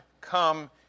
come